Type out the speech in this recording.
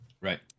Right